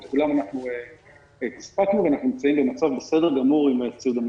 לכולם סיפקנו ואנחנו נמצאים במצב בסדר גמור עם אמצעי מיגון.